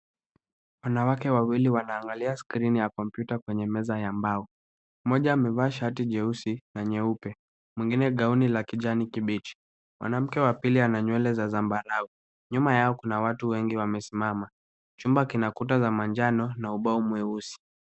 Wanawake wawili wanaangalia skrini ya kompyuta kwenye meza ya mbao. Moja amevaa shati jeusi na nyeupe, mwingine gauni la kijani kibichi. Mwanamke wa pili ana nywele za zambarau. Nyuma yao kuna watu wengi wamesimama. Chumba kina kuta za manjano na ubao mweusi.